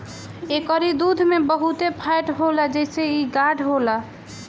एकरी दूध में बहुते फैट होला जेसे इ गाढ़ होला